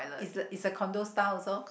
is is a condo style also